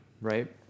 right